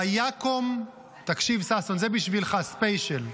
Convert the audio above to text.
ששון, תקשיב, זה בשבילך ספיישל: